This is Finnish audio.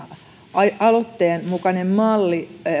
aloitteen mukainen malli